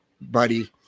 buddy